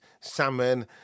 salmon